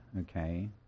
okay